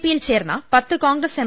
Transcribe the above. പിയിൽ ചേർന്ന പത്ത് കോൺഗ്രസ് എം